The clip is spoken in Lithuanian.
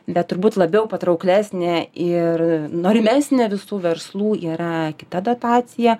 bet turbūt labiau patrauklesnė ir norimesnė visų verslų yra kita dotacija